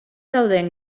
dauden